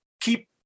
keep